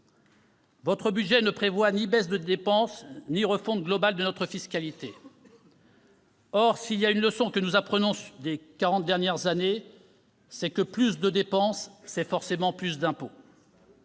Votre budget ne prévoit ni baisse des dépenses ni refonte globale de notre fiscalité. Or, s'il est une leçon que nous apprennent les quarante dernières années, c'est que plus de dépenses, c'est forcément plus d'impôts.